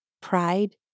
pride